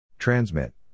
Transmit